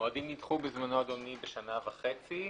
המועדים נדחו בזמנו, אדוני, בשנה וחצי,